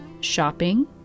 shopping